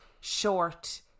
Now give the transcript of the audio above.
short